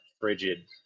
frigid